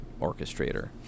orchestrator